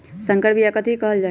संकर बिया कथि के कहल जा लई?